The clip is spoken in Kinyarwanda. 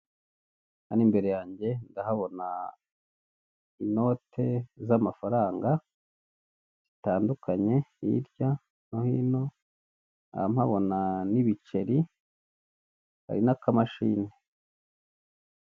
Hano imbere yanjye ndahabona inote z'amafaranga, zitandukanye hirya no hino nkaba mpabona n'ibiceri hari n'akamashini.